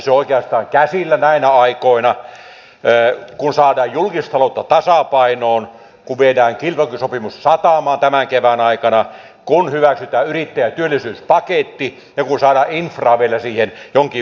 se on oikeastaan käsillä näinä aikoina kun saadaan julkistaloutta tasapainoon kun viedään kilpailukykysopimus satamaan tämän kevään aikana kun hyväksytään yrittäjän työllisyyspaketti ja kun saadaan infraa vielä siihen jonkin verran päälle